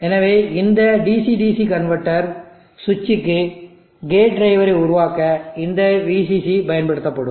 எனவே இந்த DC DC converter சுவிட்சிங்குக்கு கேட் டிரைவை உருவாக்க இந்த VCC பயன்படுத்தப்படும்